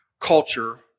culture